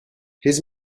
his